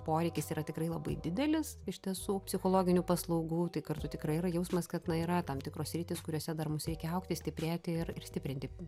poreikis yra tikrai labai didelis iš tiesų psichologinių paslaugų tai kartu tikrai yra jausmas kad yra tam tikros sritys kuriose dar mums reikia augti stiprėti ir ir stiprinti